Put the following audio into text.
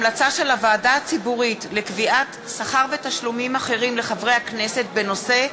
המלצה של הוועדה הציבורית לקביעת שכר ותשלומים אחרים לחברי הכנסת בנושא: